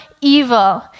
evil